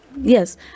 yes